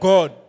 God